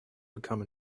become